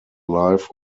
life